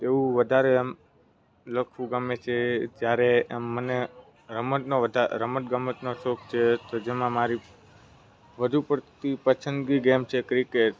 એવું વધારે આમ લખવું ગમે કે જ્યારે આમ મને રમતનો વધારે રમત ગમતનો શોખ છે કે જેમાં મારી વધુ પડતી પસંદગી ગેમ છે ક્રિકેટ